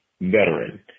veteran